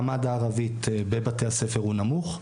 מעמד הערבית בבתי הספר הוא נמוך,